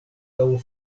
laŭ